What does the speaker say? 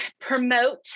promote